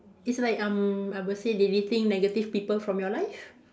it's like um I would say deleting negative people from your life